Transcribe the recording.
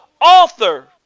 author